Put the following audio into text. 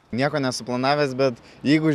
nieko nesuplanavęs bet jeigu